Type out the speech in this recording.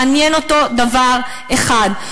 מעניין אותו דבר אחד,